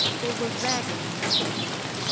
they were ragged and sick-looking.